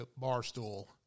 Barstool